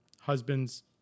husbands